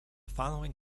following